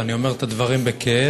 ואני אומר את הדברים בכאב,